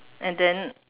and then